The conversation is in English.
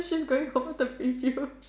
she's going toilet to brief you